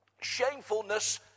shamefulness